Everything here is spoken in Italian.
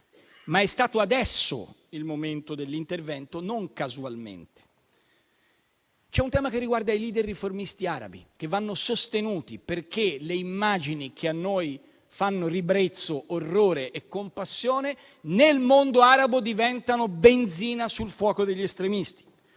comunque. Il momento dell'intervento, però, non a caso è stato adesso. C'è un tema che riguarda i *leader* riformisti arabi, che vanno sostenuti, perché le immagini che a noi fanno ribrezzo, orrore e compassione nel mondo arabo diventano benzina sul fuoco degli estremisti.